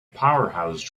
powerhouse